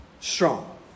strong